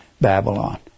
Babylon